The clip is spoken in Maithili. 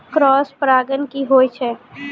क्रॉस परागण की होय छै?